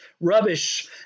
rubbish